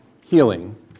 healing